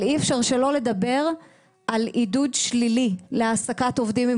אבל אי-אפשר שלא לדבר על עידוד שלילי להעסקת עובדים עם